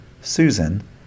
Susan